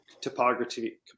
topography